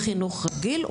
בחרו בחינוך רגיל,